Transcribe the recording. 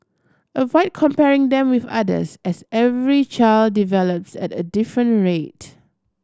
avoid comparing them with others as every child develops at a different rate